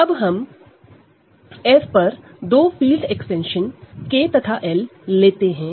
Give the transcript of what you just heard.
Refer Slide Time 0107 अब हम दो field extension K over F तथा L ओवर F लेते हैं